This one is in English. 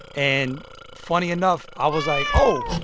and funny enough, i was like, oh,